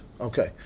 okay